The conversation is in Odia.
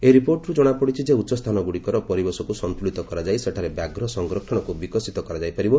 ଏହି ରିପୋର୍ଟରୁ ଜଣାପଡ଼ିଛି ଯେ ଉଚ୍ଚସ୍ଥାନଗୁଡ଼ିକର ପରିବେଶକୁ ସନ୍ତୁଳିତ କରାଯାଇ ସେଠାରେ ବ୍ୟାଘ୍ର ସଂରକ୍ଷଣକୁ ବିକଶିତ କରାଯାଇ ପାରିବ